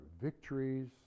victories